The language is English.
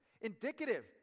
Indicative